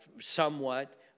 somewhat